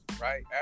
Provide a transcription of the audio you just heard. right